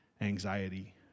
anxiety